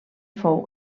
fou